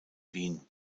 wien